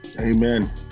Amen